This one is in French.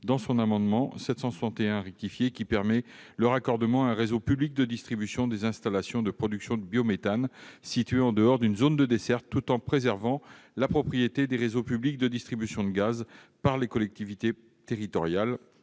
de son amendement n° 761 rectifié, qui permet le raccordement à un réseau public de distribution des installations de production de biométhane situées en dehors d'une zone de desserte, tout en préservant la propriété des réseaux publics de distribution de gaz par les collectivités territoriales.